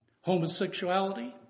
homosexuality